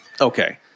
Okay